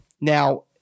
Now